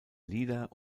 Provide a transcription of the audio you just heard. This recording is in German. lieder